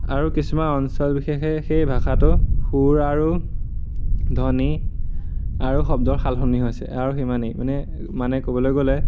আৰু কিছুমান অঞ্চল বিশেষে সেই ভাষাটো সুৰ আৰু ধ্বনি আৰু শব্দৰ সালসলনি হৈছে আৰু সিমানেই মানে মানে ক'বলৈ গ'লে